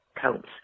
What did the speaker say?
counts